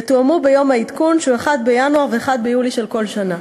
יתואמו ביום העדכון של 1 בינואר ו-1 ביולי של כל שנה.